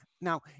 Now